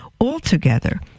altogether